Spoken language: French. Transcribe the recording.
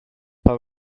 pas